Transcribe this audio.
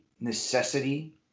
necessity